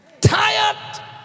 tired